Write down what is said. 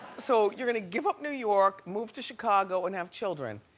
so you're gonna give up new york, move to chicago, and have children.